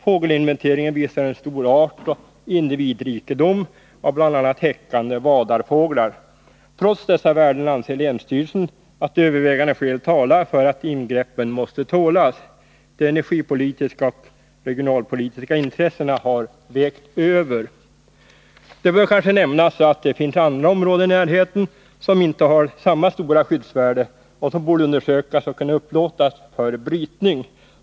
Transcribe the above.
Fågelinventeringen visar stor artoch individrikedom när det gäller bl.a. häckande vadarfåglar. Trots dessa värden anser länsstyrelsen att övervägande skäl talar för att ingreppen måste tålas. De energipolitiska och regionalpolitiska intressena har vägt över. Det bör kanske nämnas att det finns andra intressanta områden i närheten, 127 som inte har samma stora skyddsvärde och som borde kunna undersökas och upplåtas för brytning.